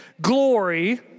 glory